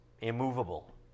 immovable